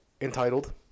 entitled